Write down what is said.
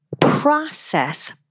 process